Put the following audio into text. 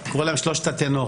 אני קורא להם שלושת הטנורים